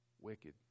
wicked